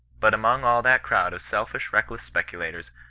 but among all that crowd of selfish reckless spe culators,